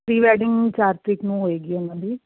pre wedding ਚਾਰ ਤਰੀਕ ਨੂੰ ਹੋਏਗੀ ਉਹਨਾਂ ਦੀ